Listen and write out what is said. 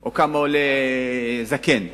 או כמה ילדה או כמה זקן.